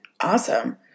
Awesome